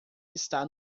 está